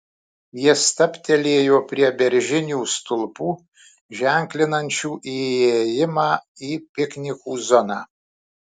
jie stabtelėjo prie beržinių stulpų ženklinančių įėjimą į piknikų zoną